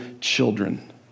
children